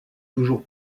toujours